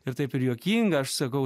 ir taip ir juokinga aš sakau